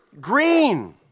Green